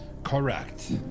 Correct